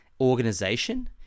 organization